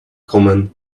command